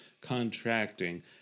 contracting